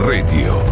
Radio